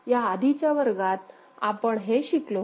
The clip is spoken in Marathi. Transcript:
या आधीच्या वर्गात आपण हे शिकलो होतो